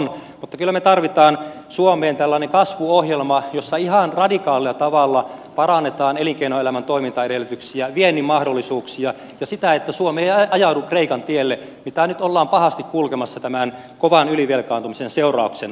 mutta kyllä me tarvitsemme suomeen tällaisen kasvuohjelman jossa ihan radikaalilla tavalla parannetaan elinkeinoelämän toimintaedellytyksiä viennin mahdollisuuksia ja sitä että suomi ei ajaudu kreikan tielle mitä nyt ollaan pahasti kulkemassa tämän kovan ylivelkaantumisen seurauksena